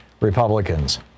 republicans